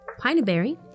Pineberry